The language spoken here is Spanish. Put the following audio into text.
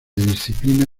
disciplina